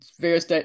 various